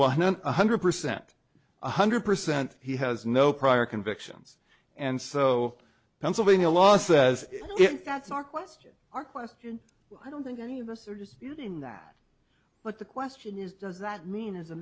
one hundred percent one hundred percent he has no prior convictions and so pennsylvania law says if that's a question our question i don't think any of us are disputing that but the question is does that mean as a